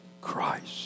Christ